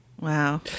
Wow